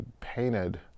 Painted